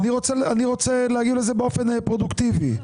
אני רוצה להגיע לזה באופן פרודוקטיבי.